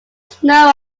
snow